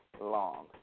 long